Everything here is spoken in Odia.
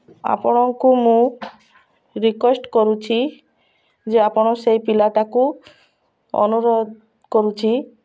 ଆପଣଙ୍କୁ ମୁଁ ରିିକ୍ୱେଷ୍ଟ କରୁଛି ଯେ ଆପଣ ସେଇ ପିଲାଟାକୁ ଅନୁରୋଧ କରୁଛି